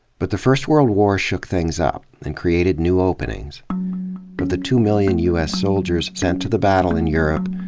but the first world war shook things up, and created new openings. of but the two million u s. so ldiers sent to the battle in europe,